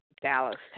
Dallas